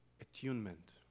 attunement